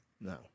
No